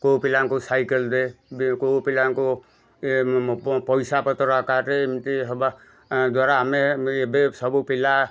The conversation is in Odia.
କେଉଁ ପିଲାଙ୍କୁ ସାଇକେଲ୍ ଦେ ବେ କେଉଁ ପିଲାଙ୍କୁ ପଇସା ପତ୍ର ଆକାରରେ ଏମିତି ହେବା ଦ୍ଵାରା ଆମେ ଏବେ ସବୁ ପିଲା